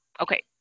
Okay